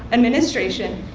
administration,